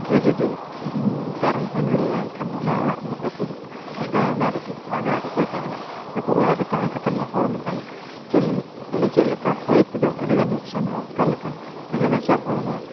ᱨᱮ ᱡᱩᱫᱤ ᱫᱟᱨᱮ ᱦᱚᱸ ᱧᱩᱨᱩᱜᱼᱟ ᱮᱱᱠᱷᱟᱱ ᱚᱱᱟ ᱚᱲᱟᱜ ᱫᱚ ᱨᱟᱹᱯᱩᱫᱚᱜᱼᱟ ᱚᱱᱠᱟ ᱜᱮ ᱚᱱᱟ ᱨᱟᱹᱯᱩᱫ ᱚᱲᱟᱜ ᱨᱮ ᱟᱨ ᱚᱠᱚᱭ ᱛᱟᱦᱮᱱᱟ ᱨᱟᱹᱯᱩᱫ ᱚᱲᱟᱜ ᱨᱮ ᱛᱟᱦᱮᱸ ᱠᱟᱛᱮᱫ ᱢᱟ ᱦᱚᱲ ᱢᱤᱫᱴᱟᱱ ᱪᱮᱫ ᱢᱟᱱᱮ ᱪᱮᱫ ᱞᱮᱠᱟ ᱦᱚᱭ ᱛᱮᱫᱚ ᱟᱹᱰᱤᱜᱟᱱ ᱞᱚᱠᱥᱟᱱᱚᱜᱼᱟ ᱚᱱᱠᱟ ᱞᱮᱠᱟ ᱨᱮᱸᱜᱮᱡ ᱱᱟᱪᱟᱨ ᱦᱚᱲ ᱢᱟ